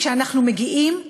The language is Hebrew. כשאנחנו מגיעים,